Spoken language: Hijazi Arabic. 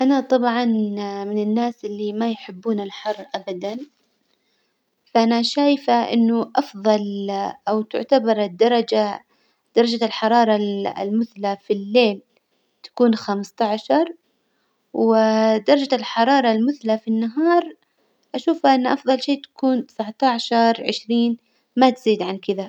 أنا طبعا من الناس اللي ما يحبون الحر أبدا، فأنا شايفة إنه أفظل أو تعتبر الدرجة- درجة الحرارة ال- المثلى في الليل تكون خمسطعشر، ودرجة الحرارة المثلى في النهار أشوفها إن أفظل شي تكون تسعطعشر، عشرين ما تزيد عن كذا.